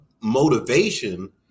motivation